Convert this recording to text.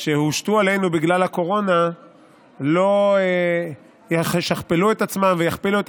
שהושתו עלינו בגלל הקורונה לא ישכפלו את עצמן ויכפילו את